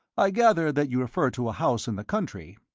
i gather that you refer to a house in the country?